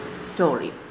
story